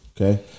Okay